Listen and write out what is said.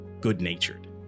good-natured